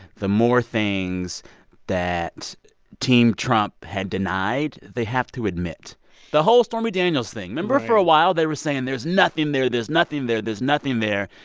the more things that team trump had denied they have to admit. the whole stormy daniels thing remember for a while, they were saying there's nothing there. there's nothing there. there's nothing there.